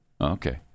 Okay